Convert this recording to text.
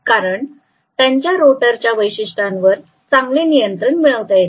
कारण त्यांच्या रोटरच्या वैशिष्ट्यांवर चांगले नियंत्रण मिळवता येते